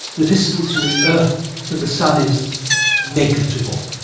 the distance from the earth to the sun is negligible.